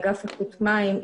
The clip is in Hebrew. אגף איכות מים,